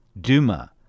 Duma